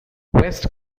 west